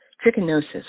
trichinosis